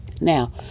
now